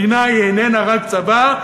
מדינה איננה רק צבא,